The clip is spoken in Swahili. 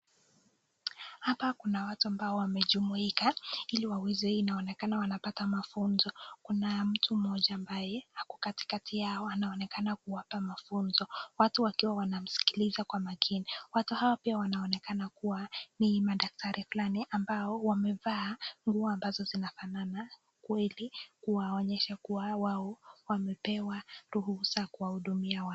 Hapa kuna watu ambao wamejumuika ili waweze inaonekana wanapata mafunzo, kuna mtu mmoja ambaye ako katikati yao anaonekana kuwapa mafunzo watu wakiwa wanamsikiliza kwa makini, watu hawa pia wanaonekana ni madaktari fulani ambao wamevaa nguo ambazo zinafanana kweli kuonyesha kuwa wao wamepewa ruhusa kuwahudumia watu.